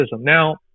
now